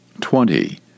Twenty